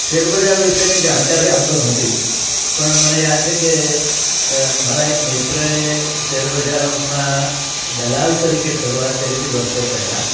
share બજાર વિશેની જાણકારી આમ તો નહોતી પણ મને યાદ છે કે મારા એક મિત્રએ શેર બજારના દલાલ તરીકે શરૂઆત કરી હતી વર્ષો પહેલાં